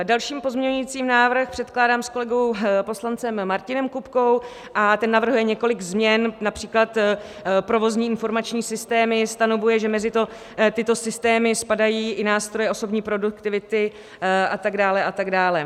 Další pozměňovací návrh předkládám s kolegou poslancem Martinem Kupkou a ten navrhuje několik změn, například provozní informační systémy, stanovuje, že mezi tyto systémy spadají i nástroje osobní produktivity, a tak dále a tak dále.